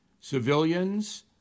civilians